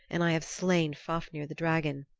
and i have slain fafnir the dragon,